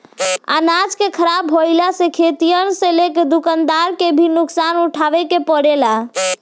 अनाज के ख़राब भईला से खेतिहर से लेके दूकानदार के भी नुकसान उठावे के पड़ेला